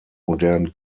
modernen